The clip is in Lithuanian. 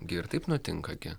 gi ir taip nutinka gi